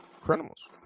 criminals